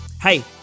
Hey